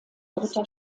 dritter